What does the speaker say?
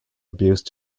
abuse